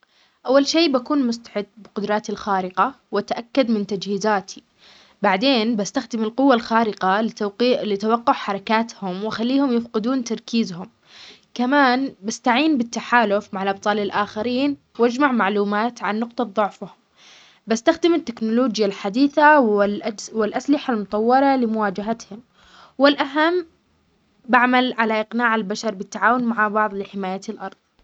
اول شي بكون مستعد بقدراتي الخارقة واتأكد من تجهيزاتي، بعدين بستخدم القوة الخارقة لتوقي-لتوقع حركاتهم واخليهم يفقدون تركيزهم، كمان بستعين بالتحالف مع الابطال الاخرين واجمع معلومات عن نقطة ضعفهم، بستخدم التكنولوجيا الحديثة والاج-والاسلحة المطورة لمواجهتهم، و الاهم بعمل على اقناع البشر بالتعاون مع بعض لحماية الارض.